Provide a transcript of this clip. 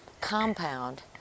compound